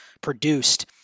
produced